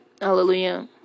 Hallelujah